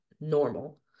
normal